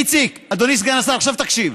איציק, אדוני סגן השר, עכשיו תקשיב.